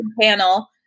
panel